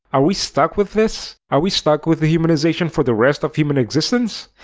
are we stuck with this? are we stuck with dehumanization for the rest of human existence?